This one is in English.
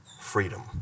freedom